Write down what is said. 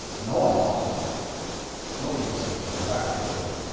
no one talks about smoking cessation or tobacco control.